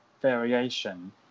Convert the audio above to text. variation